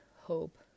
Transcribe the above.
hope